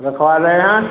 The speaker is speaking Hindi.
रखवा रहे हैं